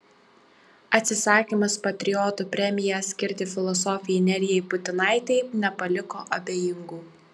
atsisakymas patriotų premiją skirti filosofei nerijai putinaitei nepaliko abejingų